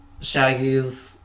shaggy's